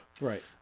Right